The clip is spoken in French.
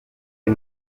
est